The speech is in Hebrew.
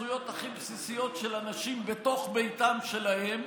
הזכויות הכי בסיסיות של אנשים בתוך ביתם שלהם,